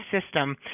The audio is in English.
system